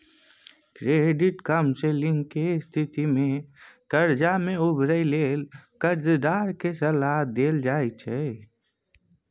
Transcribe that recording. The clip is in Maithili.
क्रेडिट काउंसलिंग के स्थिति में कर्जा से उबरय लेल कर्जदार के सलाह देल जाइ छइ